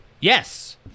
Yes